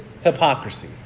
hypocrisy